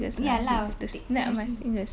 ya lah petik jari